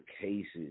cases